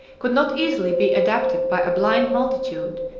could not easily be adapted by a blind multitude,